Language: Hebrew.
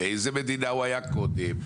באיזה מדינה הוא היה קודם,